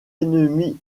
ennemies